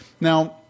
Now